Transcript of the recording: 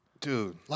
Dude